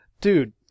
Dude